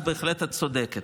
אז בהחלט את צודקת.